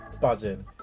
buzzing